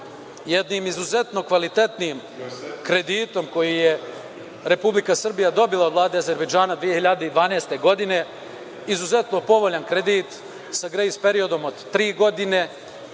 jednim izuzetno kvalitetnim kreditom koji je Republika Srbija dobila od Vlade Azerbejdžana 2012. godine, izuzetno povoljan kredit sa grejs periodom od tri godine